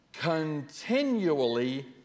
Continually